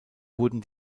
wurden